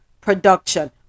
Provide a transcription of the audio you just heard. production